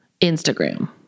Instagram